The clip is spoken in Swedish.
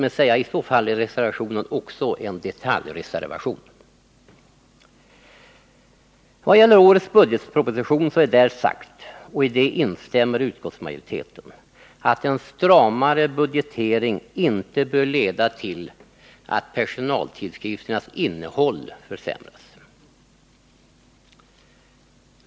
I så fall är reservationen också en detaljreservation. I vad gäller årets budgetproposition är där sagt, och i det instämmer utskottsmajoriteten, att en stramare budgetering inte bör leda till att personaltidskrifternas innehåll försämras.